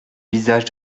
visage